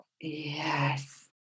Yes